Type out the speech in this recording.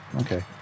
Okay